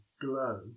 glow